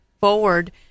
forward